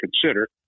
consider